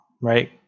right